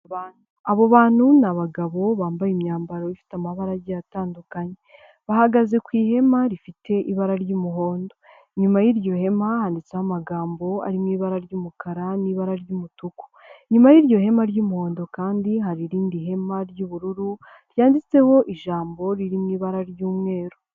Abantu, abo bantu ni abagabo bambaye imyambaro ifite amabara agiye atandukanye, bahagaze ku ihema rifite ibara ry'umuhondo, inyuma y'iryo hema handitseho amagambo arimo ibara ry'umukara n'ibara ry'umutuku, inyuma y'iryo hema ry'umuhondo kandi hari irindi hema ry'ubururu ryanditseho ijambo riri mu ibara ry'umweru.